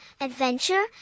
adventure